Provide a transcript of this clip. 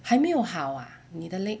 还没有好 ah 你的 leg